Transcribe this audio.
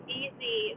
easy